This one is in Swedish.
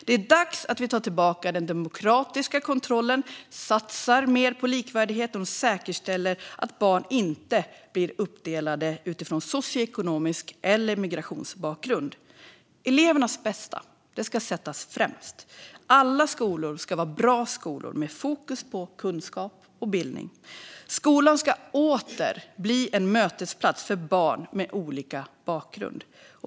Det är dags att vi tar tillbaka den demokratiska kontrollen, satsar mer på likvärdigheten och säkerställer att barn inte blir uppdelade utifrån socioekonomisk bakgrund eller migrationsbakgrund. Elevernas bästa ska sättas främst. Alla skolor ska vara bra skolor med fokus på kunskap och bildning. Skolan ska åter bli en mötesplats för barn med olika bakgrund.